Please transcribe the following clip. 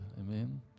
Amen